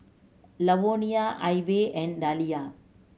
Lavonia Ivey and Dalia